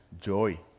joy